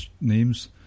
names